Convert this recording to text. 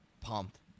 Pumped